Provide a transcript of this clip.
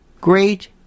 great